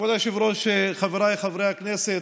כבוד היושב-ראש, חבריי חברי הכנסת,